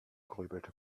grübelte